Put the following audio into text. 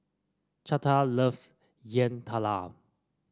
Chante loves Yam Talam